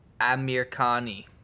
Amirkani